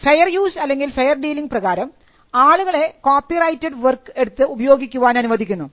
fair use അല്ലെങ്കിൽ fair dealing പ്രകാരം ആളുകളെ കോപ്പിറൈറ്റഡ് വർക്ക് എടുത്ത് ഉപയോഗിക്കാൻ അനുവദിക്കുന്നു